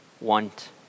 want